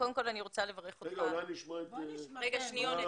אני רוצה לברך אותך על הבנת מורכבות